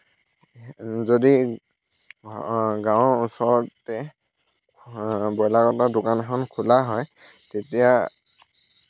যদি গাঁৱৰ ওচৰতে ব্ৰইলাৰ কটা দোকান এখন খোলা হয় তেতিয়া